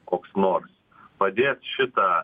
koks nors padės šitą